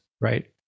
right